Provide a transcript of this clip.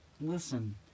Listen